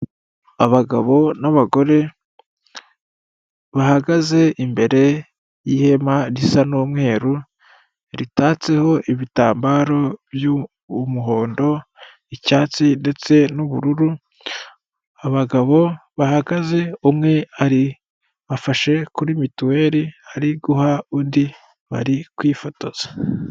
Abagabo n'abagore bahagaze imbere y'ihema risa n'umweru, ritatseho ibitambaro by'umuhondo, icyatsi ndetse n'ubururu. Abagabo bahagaze umwe afashe kuri mituweli ari guha undi, bari kwifotoza.